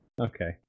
Okay